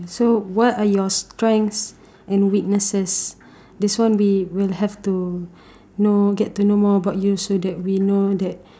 okay so what are your strengths and weaknesses this one we will have to know get to know more about you so that we know that